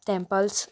temples